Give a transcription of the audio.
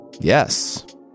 Yes